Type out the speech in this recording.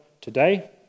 today